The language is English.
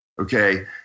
okay